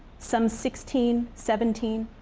some sixteen, seventeen.